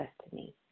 destiny